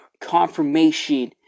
confirmation